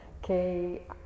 que